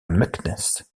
meknès